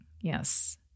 Yes